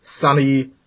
sunny